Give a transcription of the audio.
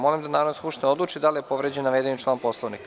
Molim da Narodna skupština odluči da li je povređen navedeni član poslovnika.